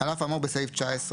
על אף האמור בסעיף 19,